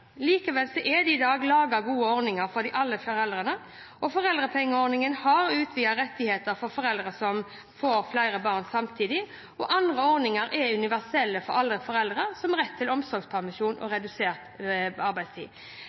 Likevel er det i dag laget gode ordninger for alle foreldre, og foreldrepengeordningen har utvidede rettigheter for foreldre som får flere barn samtidig. Andre ordninger er universelle for alle foreldre, som rett til omsorgspermisjon og redusert arbeidstid.